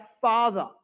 Father